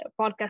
podcast